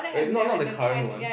wait no not the current one